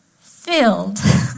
filled